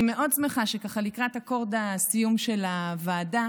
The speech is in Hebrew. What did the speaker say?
אני מאוד שמחה שלקראת אקורד הסיום של הוועדה